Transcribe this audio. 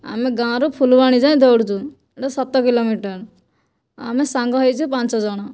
ଆମେ ଗାଁରୁ ଫୁଲବାଣୀ ଯାଏଁ ଦୌଡ଼ୁଛୁ ଏଠୁ ସାତ କିଲୋମିଟର ଆମେ ସାଙ୍ଗ ହୋଇଛୁ ପାଞ୍ଚଜଣ